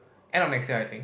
end of next year I think